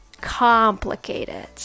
complicated